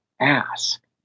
ask